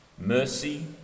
mercy